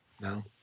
No